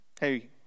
Hey